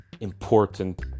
important